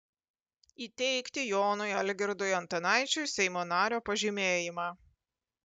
įteikti jonui algirdui antanaičiui seimo nario pažymėjimą